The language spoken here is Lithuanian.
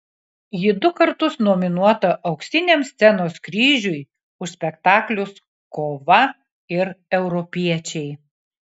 ji du kartus nominuota auksiniam scenos kryžiui už spektaklius kova ir europiečiai